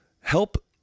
Help